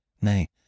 nay